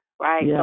Right